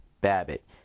Babbitt